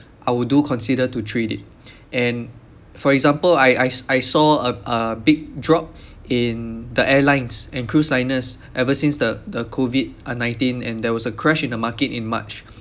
I would do consider to trade it and for example I I s~ I saw uh a big drop in the airlines and cruise liners ever since the the COVID uh nineteen and there was a crash in the market in march